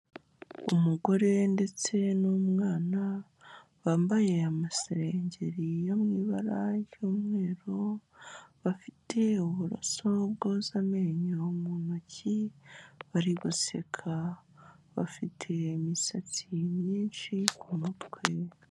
Umugore ndetse n'umwana, bambaye amaserengeri yo mu ibara ry'umweru, bafite uburoso bwoza amenyo mu ntoki, bari guseka bafite imisatsi myinshi ku mutwe.